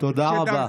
תודה רבה.